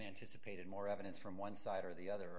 anticipated more evidence from one side or the other